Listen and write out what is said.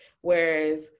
Whereas